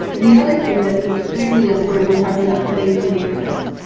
the other thing that's extremely important, we're talking about cutting through neighborhoods.